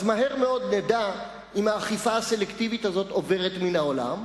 מהר מאוד נדע אם האכיפה הסלקטיבית הזאת עוברת מן העולם,